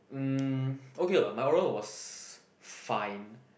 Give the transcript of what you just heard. um okay lah my oral was fine